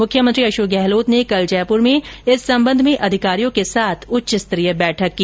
मुख्यमंत्री अशोक गहलोत ने कल जयपुर में इस संबंध में अधिकारियों के साथ उच्चस्तरीय बैठक की